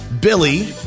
Billy